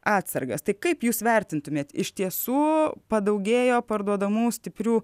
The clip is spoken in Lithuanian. atsargas tai kaip jūs vertintumėt iš tiesų padaugėjo parduodamų stiprių